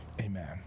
amen